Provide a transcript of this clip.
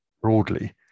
broadly